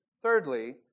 Thirdly